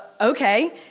Okay